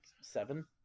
seven